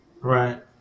Right